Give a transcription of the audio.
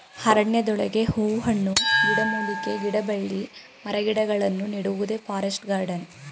ಅರಣ್ಯದೊಳಗೆ ಹೂ ಹಣ್ಣು, ಗಿಡಮೂಲಿಕೆ, ಗಿಡಬಳ್ಳಿ ಮರಗಿಡಗಳನ್ನು ನೆಡುವುದೇ ಫಾರೆಸ್ಟ್ ಗಾರ್ಡನ್